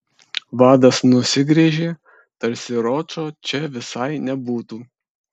vadas nusigręžė tarsi ročo čia visai nebūtų